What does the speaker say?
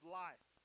life